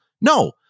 No